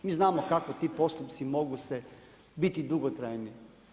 Mi znamo kako ti postupci mogu biti dugotrajni.